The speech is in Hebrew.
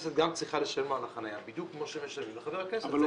הכנסת צריכה לשלם להם על החנייה בדיוק כמו שמשלמים לחבר הכנסת.